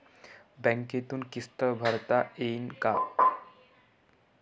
बँकेतून किस्त भरता येईन का?